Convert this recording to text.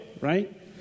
Right